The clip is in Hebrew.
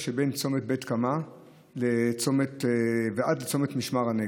שמצומת בית קמה ועד צומת משמר הנגב,